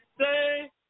say